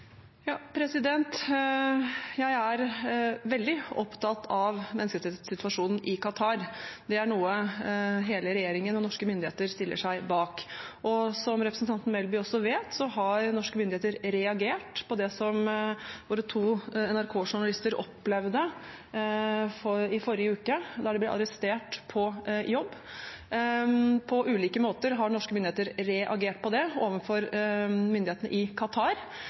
Jeg er veldig opptatt av menneskerettighetssituasjonen i Qatar. Det er noe hele regjeringen og norske myndigheter stiller seg bak. Som representanten Melby også vet, har norske myndigheter reagert på det som våre to NRK-journalister opplevde i forrige uke, da de ble arrestert på jobb. På ulike måter har norske myndigheter reagert på det overfor myndighetene i